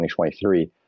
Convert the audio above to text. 2023